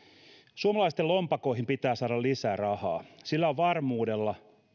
suomalaisten lompakkoihin pitää saada lisää rahaa sillä on varmuudella